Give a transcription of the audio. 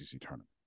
tournament